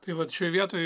tai vat šioj vietoj